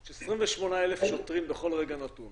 יש 28,000 שוטרים בכל רגע נתון.